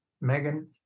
Megan